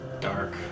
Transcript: dark